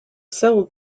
sold